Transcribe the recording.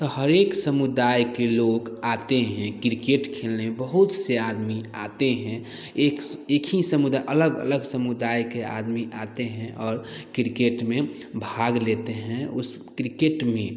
तो हर एक समुदाय के लोग आते हैं क्रिकेट खेलने बहुत से आदमी आते हैं एक एक ही समुदाय अलग अलग समुदाय के आदमी आते हैं और क्रिकेट में भाग लेते हैं उस क्रिकेट में